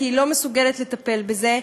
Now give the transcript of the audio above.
כי היא לא מסוגלת לטפל בזה.